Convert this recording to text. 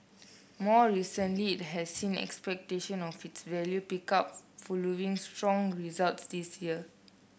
more recently it has seen expectation of its value pick up following strong results this year